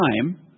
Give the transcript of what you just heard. time